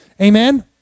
Amen